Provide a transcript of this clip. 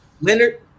Leonard